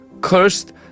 cursed